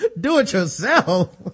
Do-it-yourself